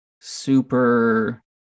super